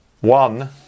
One